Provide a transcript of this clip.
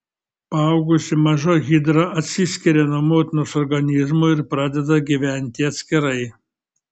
paaugusi maža hidra atsiskiria nuo motinos organizmo ir pradeda gyventi atskirai